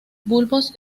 bulbos